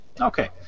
Okay